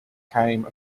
came